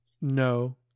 no